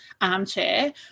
armchair